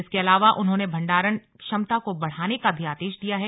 इसके अलावा उन्होंने भण्डारण क्षमता को बढ़ाने का भी आदेश दिया है